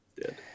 dead